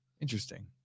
Interesting